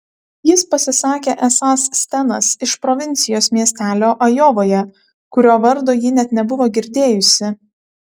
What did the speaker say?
jis pasisakė esąs stenas iš provincijos miestelio ajovoje kurio vardo ji net nebuvo girdėjusi